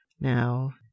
now